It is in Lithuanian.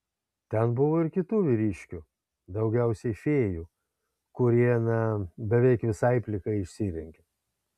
ten buvo ir kitų vyriškių daugiausiai fėjų kurie na beveik visai plikai išsirengė